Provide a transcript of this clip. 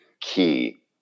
key